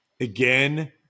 again